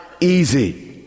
easy